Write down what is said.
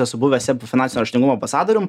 esu buvęs seb finansinio raštingumo ambasadorium